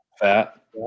fat